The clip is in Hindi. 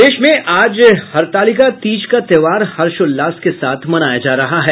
प्रदेश में आज हरतालिका तीज का त्योहार हर्षोल्लास के साथ मनाया जा रहा है